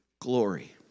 glory